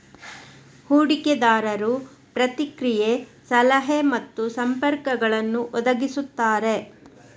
ಹೂಡಿಕೆದಾರರು ಪ್ರತಿಕ್ರಿಯೆ, ಸಲಹೆ ಮತ್ತು ಸಂಪರ್ಕಗಳನ್ನು ಒದಗಿಸುತ್ತಾರೆ